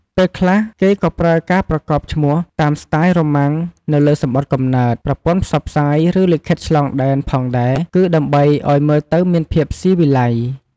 ពេលខ្លះ គេក៏ប្រើការប្រកបឈ្មោះតាមស្ទាយរ៉ូមុាំងនៅលើសំបុត្រកំណើត ប្រព័ន្ធផ្សព្វផ្សាយ ឬ លិខិតឆ្លងដែនផងដែរ គឺ ដើម្បីឱ្យមើលទៅមានភាពសុីវីល័យ។